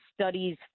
studies